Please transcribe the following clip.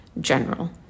general